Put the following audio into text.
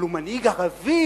אבל הוא מנהיג ערבי,